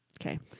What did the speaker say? Okay